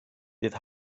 bydd